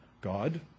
God